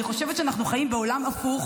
אני חושבת שאנחנו חיים בעולם הפוך,